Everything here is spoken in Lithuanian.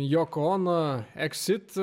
joko ono eks it